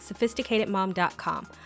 SophisticatedMom.com